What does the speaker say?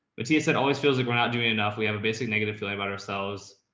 but tia said always feels like we're not doing enough. we have a basic negative feeling about ourselves.